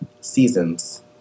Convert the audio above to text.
seasons